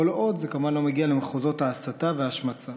עוד זה כמובן לא מגיע למחוזות ההסתה וההשמצה.